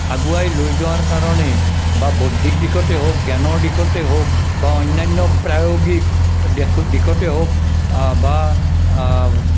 আগুৱাই লৈ যোৱাৰ কাৰণে বা বৌদ্ধিক দিশতে হওঁক জ্ঞানৰ দিশতে হওঁক বা অন্য়ান্য় প্ৰায়োগিক দিশতে হওঁক বা